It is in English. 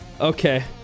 Okay